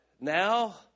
now